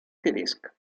tedesca